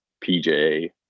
PJ